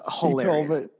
hilarious